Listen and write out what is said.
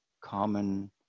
common